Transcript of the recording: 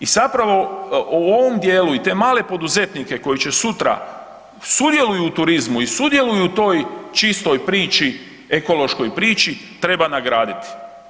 I zapravo u ovom djelu i te male poduzetnike koji će sutra sudjeluju u turizmu i sudjeluju u toj čistoj priči, ekološkoj priči, treba nagraditi.